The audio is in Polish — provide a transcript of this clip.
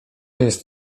jest